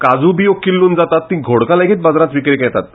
काजू बियो किल्लून जातात तीं घोडकां लेगीत बाजारांत विक्रेक येतात